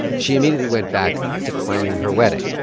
she immediately went back to planning her wedding.